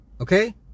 okay